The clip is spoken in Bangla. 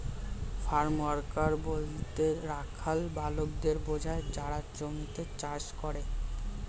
ফার্ম ওয়ার্কার বলতে রাখাল বালকদের বোঝায় যারা জমিতে চাষ করে